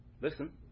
listen